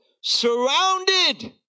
Surrounded